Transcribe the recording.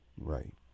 Right